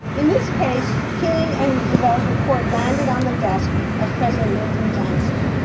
in this case, keeling and revelle's report landed on the desk of president lyndon johnson,